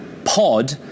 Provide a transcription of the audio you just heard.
Pod